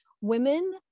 Women